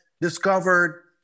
discovered